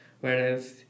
whereas